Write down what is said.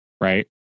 Right